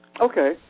Okay